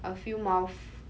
a few mouth